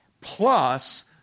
plus